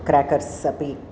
crackers अपि